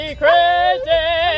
crazy